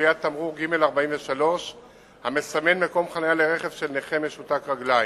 ליד תמרור ג-43 המסמן מקום חנייה לרכב של נכה משותק רגליים".